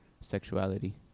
sexuality